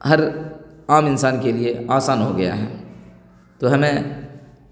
ہر عام انسان کے لیے آسان ہو گیا ہے تو ہمیں